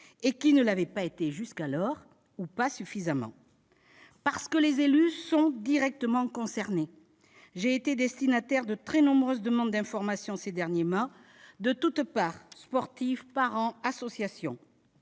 et qui ne l'avaient pas été jusqu'alors, ou pas suffisamment. Parce que les élus sont directement concernés, j'ai été destinataire de très nombreuses demandes d'information ces derniers mois, de toutes parts : sportifs, parents, associations